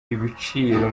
ibiciro